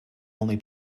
only